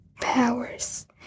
powers